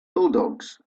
bulldogs